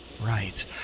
right